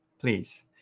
Please